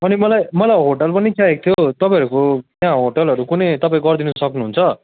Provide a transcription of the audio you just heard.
अनि मलाई मलाई होटल पनि चाहिएको थियो हौ तपाईँहरूको त्यहाँ होटलहरू कुनै तपाईँ गरिदिनु सक्नुहुन्छ